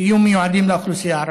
שיהיו מיועדים לאוכלוסייה הערבית,